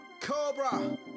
Cobra